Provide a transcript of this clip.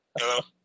Hello